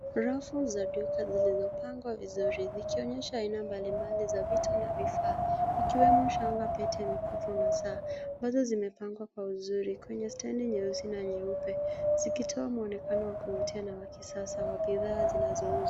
Rafu za duka zilizopangwa vizuri zikionyesha aina mbalimbali za vitu na vifaa ikiwemo shanga, pete, mikufu na saa ambazo zimepangwa kwa uzuri kwenye standi nyeusi na nyeupe zikitoa mwonekano wa kuvutia na wa kisasa wa bidhaa zinazouzwa.